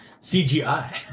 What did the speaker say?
CGI